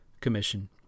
Commission